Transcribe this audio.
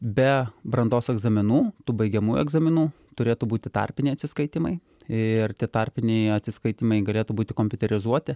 be brandos egzaminų tų baigiamųjų egzaminų turėtų būti tarpiniai atsiskaitymai ir tie tarpiniai atsiskaitymai galėtų būti kompiuterizuoti